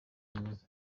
mwiza